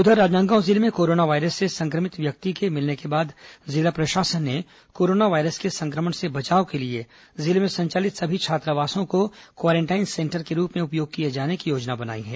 उधर राजनांदगांव जिले में कोराना वायरस से संक्रमित व्यक्ति मिलने के बाद जिला प्रशासन ने कोरोना वायरस के संक्रमण से बचाव के लिए जिले में संचालित सभी छात्रावासों को क्वारेंटाईन सेंटर के रूप में उपयोग किए जाने की योजना बनाई है